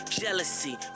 Jealousy